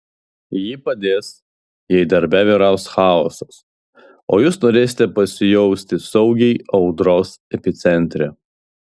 ji padės jei darbe vyraus chaosas o jūs norėsite pasijusti saugiai audros epicentre